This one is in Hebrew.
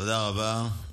תודה רבה.